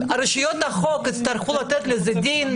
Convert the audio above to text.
רשויות החוק יצטרכו לתת על זה דין.